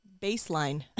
baseline